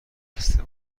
بسته